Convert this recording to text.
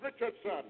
Richardson